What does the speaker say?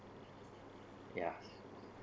yeah